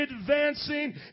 advancing